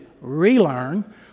relearn